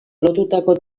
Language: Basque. lotutako